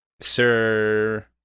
sir